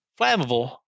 flammable